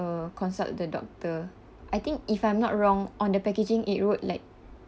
uh consult the doctor I think if I'm not wrong on the packaging it wrote like